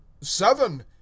seven